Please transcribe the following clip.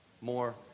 More